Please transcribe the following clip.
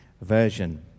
version